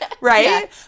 right